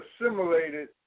assimilated